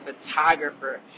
photographer